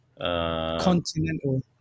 Continental